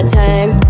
time